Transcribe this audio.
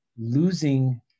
losing